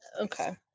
Okay